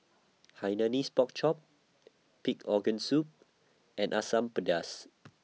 Hainanese Pork Chop Pig Organ Soup and Asam Pedas